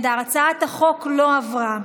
הצעת החוק לא עברה.